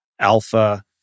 alpha